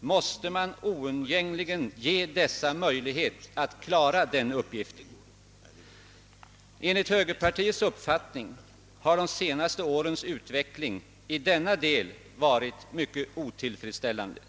måste man oundgängligen ge dessa möjlighet att klara den uppgiften. Enligt högerpartiets uppfattning har de senaste årens utveckling i denna del varit synnerligen otillfredsställande.